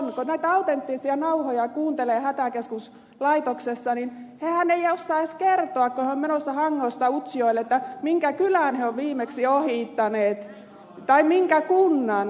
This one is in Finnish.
kun näitä autenttisia nauhoja kuuntelee hätäkeskuslaitoksessa niin ihmiset eivät osaa edes kertoa kun ovat menossa hangosta utsjoelle minkä kylän he ovat viimeksi ohittaneet tai minkä kunnan